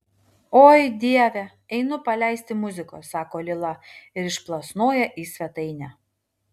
oi dieve einu paleisti muzikos sako lila ir išplasnoja į svetainę